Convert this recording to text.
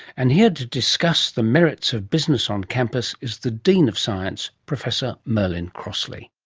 and here to discuss the merits of business on campus is the dean of science, professor merlin crossley.